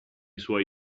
suoi